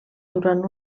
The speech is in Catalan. durant